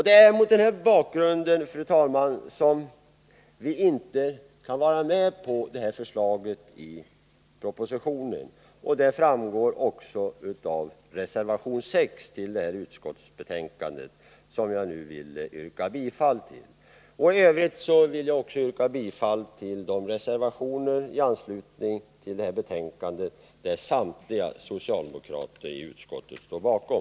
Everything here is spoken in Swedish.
Det är mot denna bakgrund, fru talman, som vi inte kan vara med på detta förslag i propositionen. Det framgår också av reservation 6 till detta utskottsbetänkande, som jag nu vill yrka bifall till. I övrigt vill jag också yrka bifall till de reservationer i anslutning till detta betänkande som samtliga socialdemokrater i utskottet står bakom.